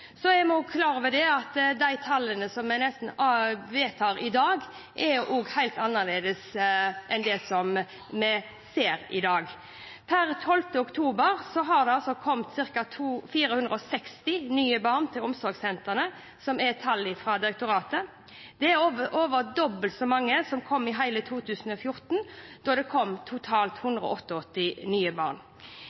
Så er vi også klar over at de tallene vi ser i dag, er helt annerledes enn dem vi har sett. Per 12. oktober har det kommet ca. 460 nye barn til omsorgssentrene, som er et tall fra direktoratet. Det er over dobbelt så mange som kom i hele 2014, da det kom totalt 188 nye barn. Fra januar til juni i år kom det i gjennomsnitt fem barn